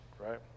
right